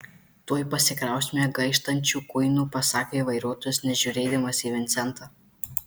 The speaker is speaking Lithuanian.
tuoj pasikrausime gaištančių kuinų pasakė vairuotojas nežiūrėdamas į vincentą